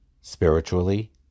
spiritually